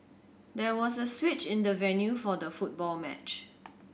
there was a switch in the venue for the football match